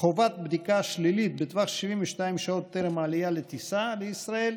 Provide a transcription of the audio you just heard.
חובת בדיקה שלילית בטווח של 72 שעות טרם העלייה לטיסה לישראל,